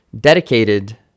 dedicated